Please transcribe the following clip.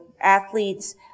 athletes